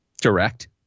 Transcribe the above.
direct